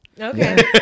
Okay